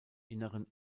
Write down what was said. inneren